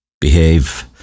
Behave